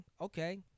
okay